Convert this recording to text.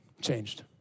changed